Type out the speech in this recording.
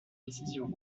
décisions